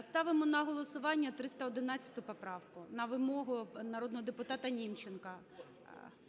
Ставимо на голосування 311 поправку на вимогу народного депутата Німченка.